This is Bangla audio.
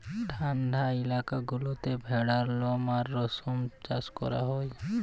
ঠাল্ডা ইলাকা গুলাতে ভেড়ার লম আর রেশম চাষ ক্যরা হ্যয়